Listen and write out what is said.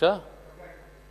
קווי עימות.